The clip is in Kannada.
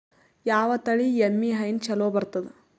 ಯಾವ ತಳಿ ಎಮ್ಮಿ ಹೈನ ಚಲೋ ಬರ್ತದ?